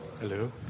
Hello